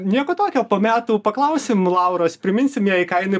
nieko tokio po metų paklausim lauros priminsim jai ką jinai